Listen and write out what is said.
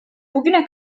bugüne